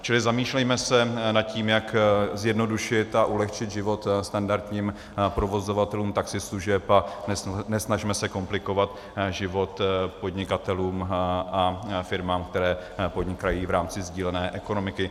Čili zamýšlejme se nad tím, jak zjednodušit a ulehčit život standardním provozovatelům taxislužeb, a nesnažme se komplikovat život podnikatelům a firmám, které podnikají v rámci sdílené ekonomiky.